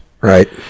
Right